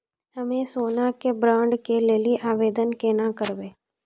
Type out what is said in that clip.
हम्मे सोना के बॉन्ड के लेली आवेदन केना करबै?